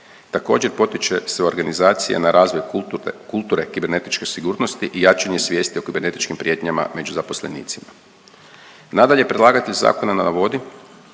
Također potiče se organizacija na razvoj kulturne kibernetičke sigurnosti i jačanje svijesti o kibernetičkim prijetnjama među zaposlenicima. Nadalje, predlagatelj zakona navodi,